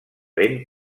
ben